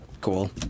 cool